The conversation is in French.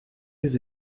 les